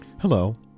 Hello